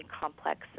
complex